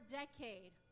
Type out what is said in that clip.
decade